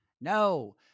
No